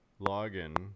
login